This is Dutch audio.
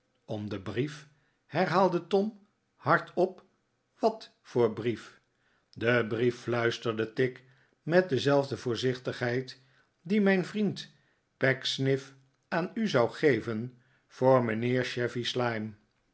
om den brief herhaalde tom hardop wat voor brief den brief fluisterde tigg met dezelfde voorzichtigheid dien mijn vriend pecksniff aan u zou geven voor mijnheer